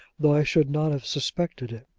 though i should not have suspected it.